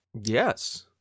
Yes